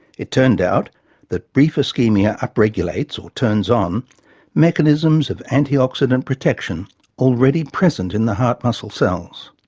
it turned out that brief so ischaemia upregulates or turns on mechanisms of anti-oxidant protection already present in the heart muscle cells.